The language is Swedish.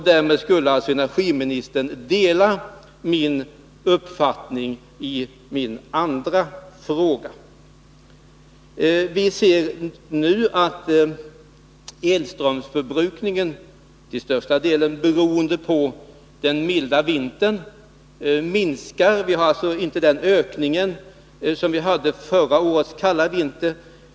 Därmed skulle alltså energiministern dela min uppfattning när det gäller min andra fråga. Visser nu att elströmsförbrukningen minskar, till största delen beroende på den milda vintern. Vi har alltså inte den ökning som vi hade under förra årets kalla vinter.